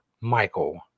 Michael